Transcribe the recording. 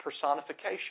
personification